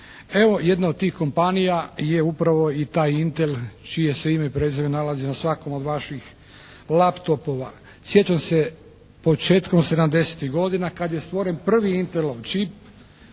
Evo jedna od tih kompanija je upravo i taj "Intel" čije se ime i prezime nalazi na svakom od vaših laptopova. Sjećam se početkom 70-tih godina kad je stvoren prvi "Intelov" čip.